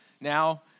now